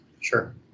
Sure